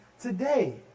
today